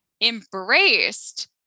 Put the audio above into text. embraced